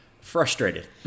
frustrated